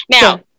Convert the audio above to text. now